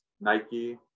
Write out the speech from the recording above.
Nike